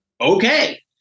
okay